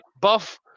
Buff